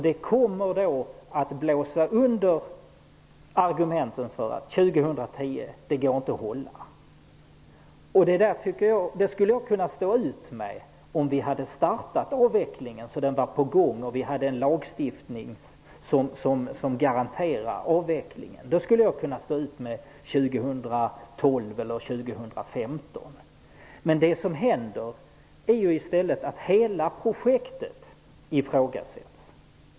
Det kommer blåsa under argumenten för att det inte går att hålla tidpunkten 2010. Jag skulle kunna stå ut med det om vi hade startat avvecklingen och hade en lagstiftning som garanterade avveckling. Då skulle jag kunna stå ut med 2012 eller 2015. Men i stället ifrågasätts hela projektet.